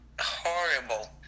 horrible